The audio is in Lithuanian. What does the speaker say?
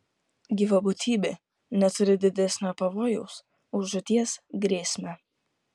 gyva būtybė neturi didesnio pavojaus už žūties grėsmę